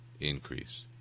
increase